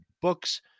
books